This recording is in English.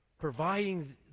providing